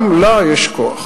גם לה יש כוח.